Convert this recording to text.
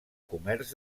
comerç